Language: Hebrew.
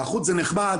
החוץ זה נחמד,